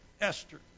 Esther